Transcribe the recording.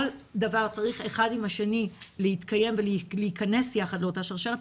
שכל דבר צירך אחד עם השני להתקיים ולהתכנס יחד לאותה השרשרת,